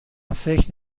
فکر